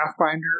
Pathfinder